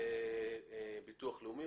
זה ביטוח לאומי,